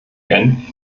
genf